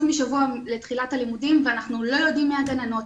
משבוע לתחילת הלימודים ואנחנו לא יודעים מי הגננות,